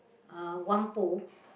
uh Whampoa